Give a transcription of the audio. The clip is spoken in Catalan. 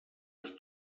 les